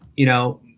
you know,